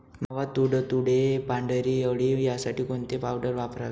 मावा, तुडतुडे, पांढरी अळी यासाठी कोणती पावडर वापरावी?